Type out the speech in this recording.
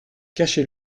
cachez